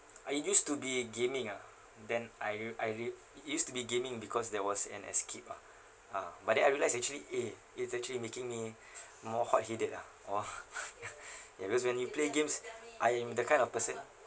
I used to be gaming ah then I real~ I real~ used to be gaming because there was an escape ah ah but then I realised actually eh it's actually making me more hot headed ah ya because when you play games I am the kind of person